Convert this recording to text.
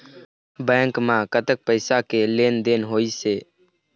Bank म कतक पैसा के लेन देन होइस हे?